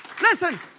Listen